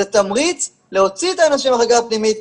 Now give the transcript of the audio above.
זה תמריץ להוציא את האנשים מהמחלקה הפנימית,